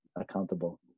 accountable